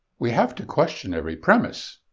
we have to question every premise,